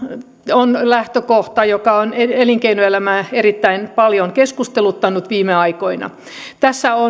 on lähtökohta joka on elinkeinoelämää erittäin paljon keskusteluttanut viime aikoina tässä on